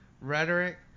rhetoric